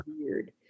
weird